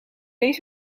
eens